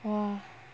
!wah!